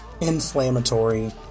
Inflammatory